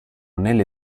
nelle